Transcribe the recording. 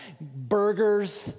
burgers